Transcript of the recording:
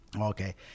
okay